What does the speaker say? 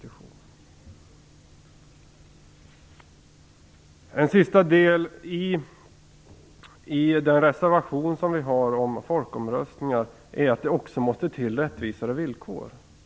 Den sista delen i vår reservation om folkomröstningar handlar om att det måste till rättvisare villkor.